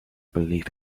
believe